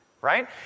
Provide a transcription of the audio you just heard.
Right